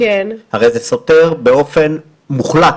הרי זה סותר באופן מוחלט,